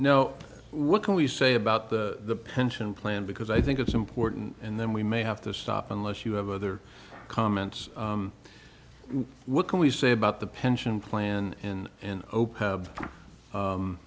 know what can we say about the pension plan because i think it's important and then we may have to stop unless you have other comments what can we say about the pension plan in an